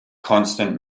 constant